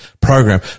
program